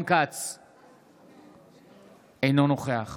אינו נוכח